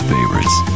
Favorites